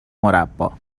مربّا